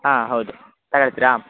ಹಾಂ ಹೌದು ತಗಳ್ತೀರಾ